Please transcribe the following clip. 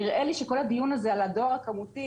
נראה לי שבכל הדיון הזה על הדואר הכמותי